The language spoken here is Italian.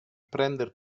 prender